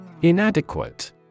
Inadequate